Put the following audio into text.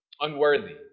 unworthy